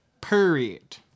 Period